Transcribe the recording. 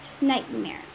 nightmare